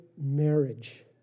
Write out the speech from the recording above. marriage